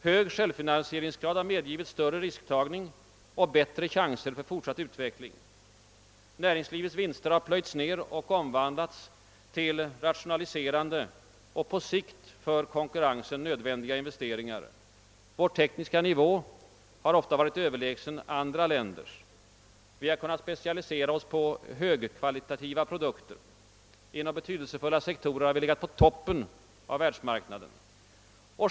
En hög självfinansieringsgrad har medgivit större risktagning och bättre chanser för fortsatt utveckling. Näringslivets vinster har plöjts ned och omvandlats till rationaliserande och på sikt för konkurrensen nödvändiga investeringar. Vår tekniska nivå har ofta varit överlägsen andra länders; vi har kunnat specialisera oss på högkvalitativa produkter, och inom vissa sektorer har vi legat på toppen i världsmarknaden.